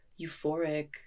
euphoric